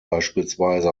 beispielsweise